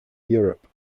europe